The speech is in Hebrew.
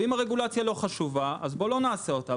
אם הרגולציה לא חשובה אז בואו לא נעשה אותה,